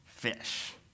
fish